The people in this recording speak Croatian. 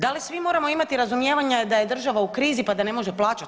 Da li svi moramo imati razumijevanja da je država u krizi pa da ne može plaćat?